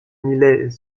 millet